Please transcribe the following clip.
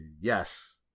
yes